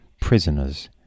prisoners